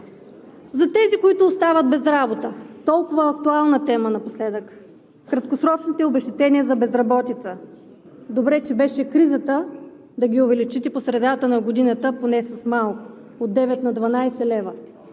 За тези, които остават без работа – толкова актуална тема напоследък, краткосрочните обезщетения за безработица. Добре, че беше кризата да ги увеличите по средата на годината поне с малко – от 9 на 12 лв.